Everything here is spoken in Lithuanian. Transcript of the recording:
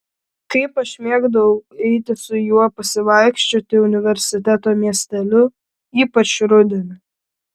kaip aš mėgdavau eiti su juo pasivaikščioti universiteto miesteliu ypač rudenį